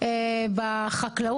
דו שימוש על מאגרי מים וכדומה,